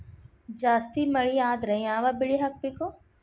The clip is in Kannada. ಜಾಸ್ತಿ ಮಳಿ ಆದ್ರ ಯಾವ ಬೆಳಿ ಹಾಕಬೇಕು?